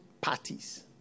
parties